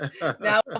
Now